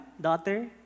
daughter